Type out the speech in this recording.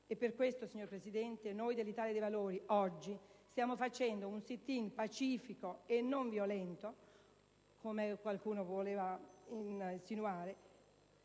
Per questo, signor Presidente, noi dell'Italia dei Valori stiamo oggi facendo un *sit-in* pacifico, e non violento - come qualcuno ha voluto insinuare